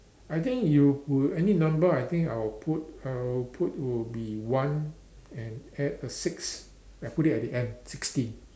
I think you would any number I think I'll put I will put would be one and add a six I put it at the end sixty